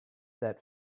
that